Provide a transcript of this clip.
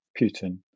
Putin